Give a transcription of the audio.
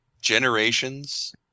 Generations